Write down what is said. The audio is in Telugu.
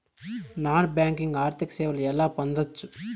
నాన్ బ్యాంకింగ్ ఆర్థిక సేవలు ఎలా పొందొచ్చు?